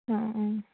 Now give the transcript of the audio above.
অঁ অঁ